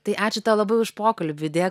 tai ačiū tau labai už pokalbį dė